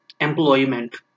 employment